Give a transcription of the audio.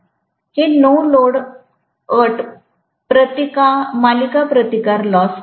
हे no load at मालिकाप्रतिकार loss होईल